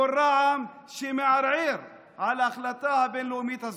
יו"ר רע"מ, שמערער על ההחלטה הבין-לאומית הזו.